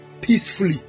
Peacefully